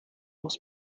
muss